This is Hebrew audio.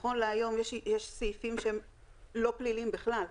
נכון להיום יש סעיפים שהם לא פליליים בכלל,